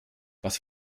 was